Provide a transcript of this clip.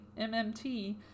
MMT